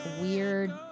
weird